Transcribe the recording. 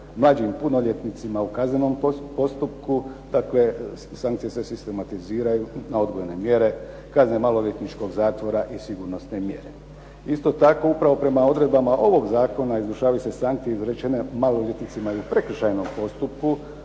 mlađim punoljetnicima u kaznenom postupku, dakle sankcije se sistematiziraju na odgojne mjere, kazne maloljetničkog zatvora i sigurnosne mjere. Isto tako upravo prema odredbama ovog zakona izvršavaju se sankcije izrečene maloljetnicima i u prekršajnom postupku,